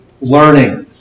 learning